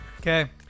Okay